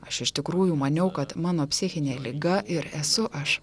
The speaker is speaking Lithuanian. aš iš tikrųjų maniau kad mano psichinė liga ir esu aš